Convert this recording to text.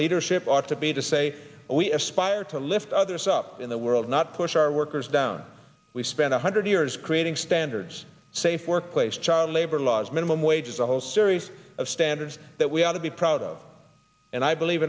leadership ought to be to say we aspire to lift others up in the world not push our workers down we spent a hundred years creating standards safe workplace child labor laws minimum wages a whole series of standards that we ought to be proud of and i believe